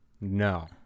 No